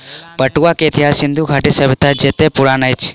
पटुआ के इतिहास सिंधु घाटी सभ्यता जेतै पुरान अछि